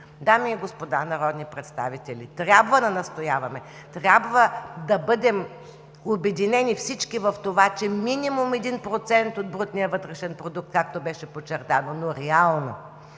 Дами и господа народни представители, трябва да настояваме, трябва да бъдем обединени всички в това, че минимум 1% от брутния вътрешен продукт, както беше подчертано, но реално,